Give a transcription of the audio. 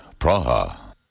Praha